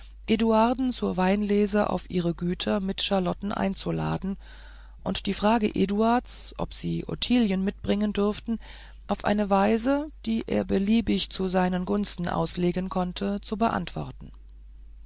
zur weinlese auf ihre güter mit charlotten einzuladen und die frage eduards ob sie ottilien mitbringen dürften auf eine weise die er beliebig zu seinen gunsten auslegen konnte zu beantworten